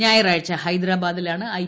ഞായറാഴ്ച ഹൈദ്രാബാദിലാണ് ഐ